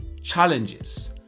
challenges